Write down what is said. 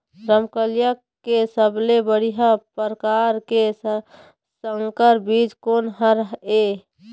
रमकलिया के सबले बढ़िया परकार के संकर बीज कोन हर ये?